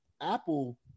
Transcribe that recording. Apple